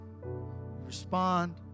respond